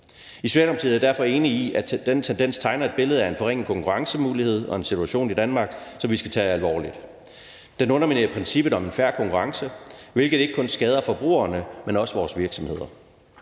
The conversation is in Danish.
I Socialdemokratiet er vi derfor enige i, at den tendens tegner et billede af en forringet konkurrencemulighed og en situation i Danmark, som vi skal tage alvorligt. Den underminerer princippet om en fair konkurrence, hvilket ikke kun skader forbrugerne, men også vores virksomheder.